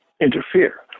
interfere